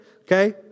okay